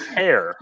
hair